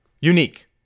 unique